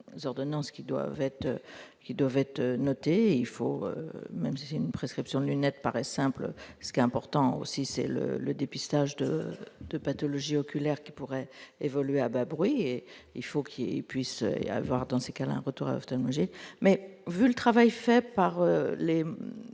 être devait être noté, il faut même si une prescription de lunettes paraît simple, ce qui est important aussi c'est le le dépistage de de pathologies oculaires qui pourrait évoluer à bas bruit et il faut qu'il est, puisse y avoir dans ces cas-là, retour à Tanger, mais vu le travail fait par les,